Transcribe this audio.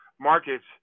markets